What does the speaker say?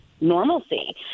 normalcy